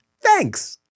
Thanks